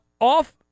off